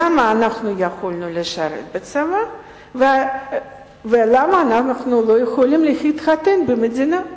למה אנחנו יכולנו לשרת בצבא ואנחנו לא יכולים להתחתן במדינה?